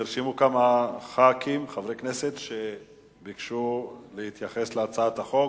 נרשמו כמה חברי כנסת שביקשו להתייחס להצעת החוק.